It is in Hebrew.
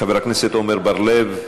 חבר הכנסת עמר בר-לב,